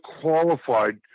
qualified